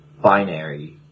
binary